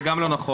זה גם לא נכון.